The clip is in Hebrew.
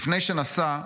לפני שנסע,